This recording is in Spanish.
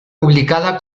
publicada